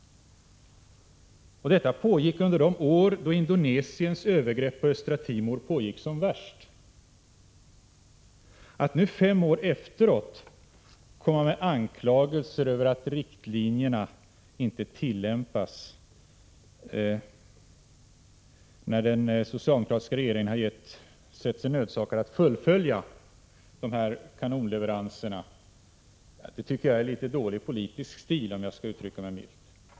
Detta hände under de år då Indonesiens övergrepp på Östra Timor pågick som värst. Att nu, fem år efteråt, komma med anklagelser över att riktlinjerna inte tillämpas när den socialdemokratiska regeringen har sett sig nödsakad att fullfölja kanonleveranserna, tycker jag är litet dålig politisk stil, om jag skall uttrycka mig milt.